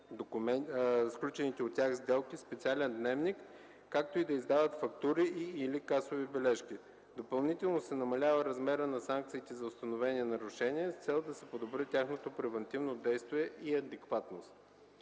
сключените от тях сделки в специален дневник, както и да издават фактури и/или касови бележки. Допълнително се намалява размерът на санкциите за установени нарушения с цел да се подобри тяхното превантивно действие и адекватност.